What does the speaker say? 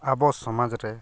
ᱟᱵᱚ ᱥᱚᱢᱟᱡᱽᱨᱮ